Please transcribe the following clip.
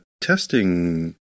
testing